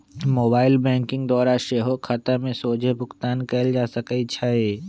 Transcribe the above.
mobile banking द्वारा सेहो खता में सोझे भुगतान कयल जा सकइ छै